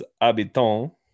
habitants